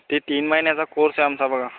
ते तीन महिन्याचा कोर्स आहे आमचा बघा